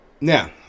Now